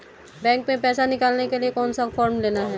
Bank में पैसा निकालने के लिए कौन सा फॉर्म लेना है?